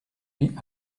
nuit